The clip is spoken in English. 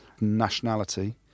nationality